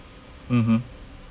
mmhmm